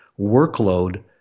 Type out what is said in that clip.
workload